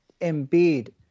Embiid